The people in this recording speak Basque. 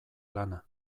lana